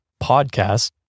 podcast